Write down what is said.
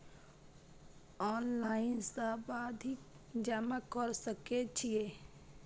Online सावधि जमा कर सके छिये?